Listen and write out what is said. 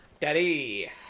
Daddy